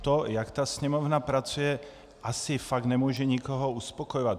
To, jak Sněmovna pracuje, asi fakt nemůže nikoho uspokojovat.